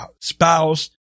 spouse